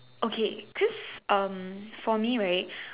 okay cause um for me right